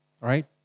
right